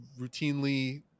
routinely